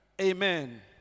Amen